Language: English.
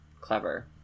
clever